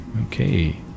Okay